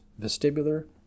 vestibular